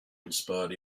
inspired